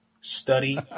Study